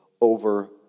over